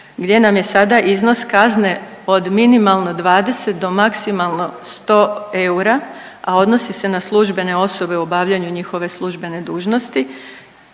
gdje nam je sada iznos kazne od minimalno 20 do maksimalno 100 eura, a odnosi se na službene osobe u obavljanju njihove službene dužnosti,